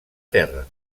terra